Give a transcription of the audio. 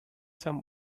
some